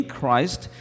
Christ